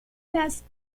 las